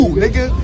nigga